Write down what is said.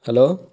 hello